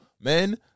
Men